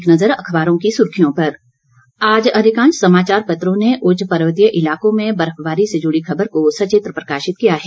एक नज़र अखबारों की सुर्खियों पर आज अधिकांश समाचार पत्रों ने उच्च पर्वतीय इलाकों में बर्फबारी से जुड़ी खबर को सचित्र प्रकाशित किया है